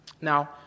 Now